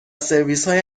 سرویسهای